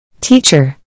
Teacher